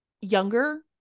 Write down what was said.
younger